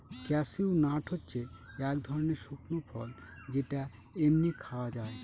cashew nut হচ্ছে এক ধরনের শুকনো ফল যেটা এমনি খাওয়া যায়